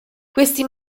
questi